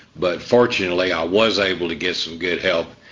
but fortunately i was able to get some good help,